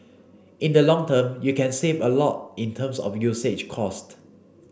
in the long term you can save a lot in terms of usage cost